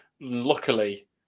Luckily